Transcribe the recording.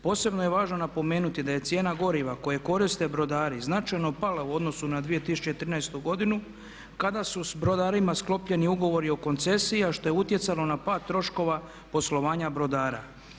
Posebno je važno napomenuti da je cijena goriva koje koriste brodari značajno pala u odnosu na 2013. godinu kada su s brodarima sklopljeni ugovori o koncesiji a što je utjecalo na pad troškova poslovanja brodara.